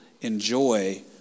enjoy